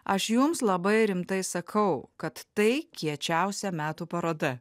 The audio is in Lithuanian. aš jums labai rimtai sakau kad tai kiečiausia metų paroda